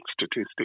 statistic